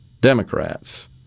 Democrats